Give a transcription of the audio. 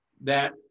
that-